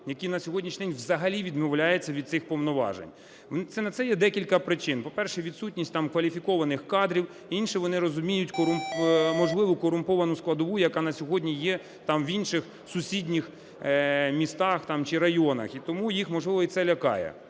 які на сьогоднішній день взагалі відмовляються від цих повноважень. На це є декілька причин. По-перше, відсутність там кваліфікованих кадрів, інше – вони розуміють можливу корумповану складову, яка на сьогодні є там в інших сусідніх містах там чи районах, і тому їх, можливо, це і лякає.